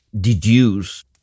deduce